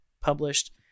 published